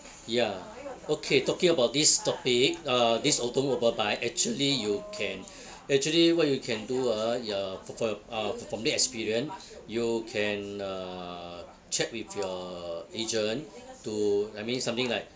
ya okay talking about this topic uh this automobile bike actually you can actually what you can do ah you uh for your uh from that experience you can uh check with your agent to I mean something like